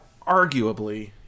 arguably